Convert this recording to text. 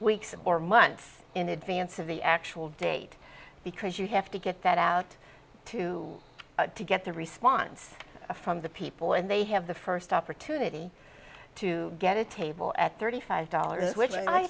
weeks or months in advance of the actual date because you have to get that out too to get the response from the people and they have the first opportunity to get a table at thirty five dollars